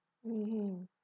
mm